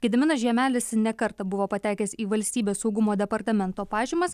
gediminas žiemelis ne kartą buvo patekęs į valstybės saugumo departamento pažymas